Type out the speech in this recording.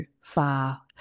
far